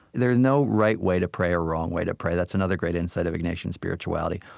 there's no right way to pray or a wrong way to pray. that's another great insight of ignatian spirituality.